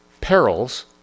perils